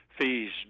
fees